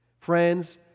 Friends